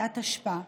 התשפ"א.